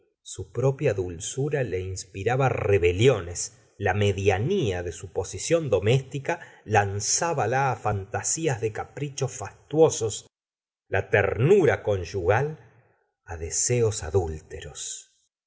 su propia dulzura la inspiraba rebeliones la medianía de su posición doméstica lanzitbala á fantasias de caprichos fastuosos la ternura conyugal deseos adúlteros